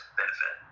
benefit